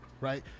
right